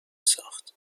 ساخت